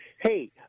Hey